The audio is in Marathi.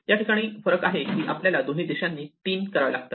या ठिकाणी फरक आहे की आपल्याला दोन्ही दिशांनी 3 करावे लागतात